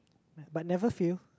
but never fail